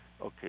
Okay